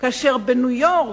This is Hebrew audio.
כאשר בניו-יורק,